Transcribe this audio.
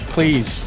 Please